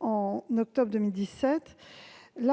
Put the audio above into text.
En l'occurrence,